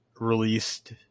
released